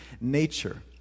nature